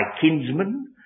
kinsmen